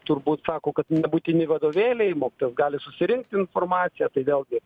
turbūt sako kad nebūtini vadovėliai mokytojas gali susirinkti informaciją tai vėlgi